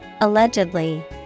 Allegedly